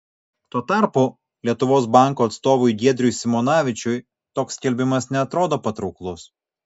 tuo tarpu lietuvos banko atstovui giedriui simonavičiui toks skelbimas neatrodo patrauklus